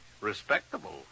Respectable